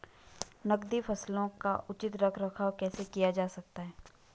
नकदी फसलों का उचित रख रखाव कैसे किया जा सकता है?